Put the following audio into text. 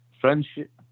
Friendship